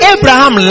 Abraham